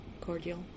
cordial